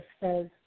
says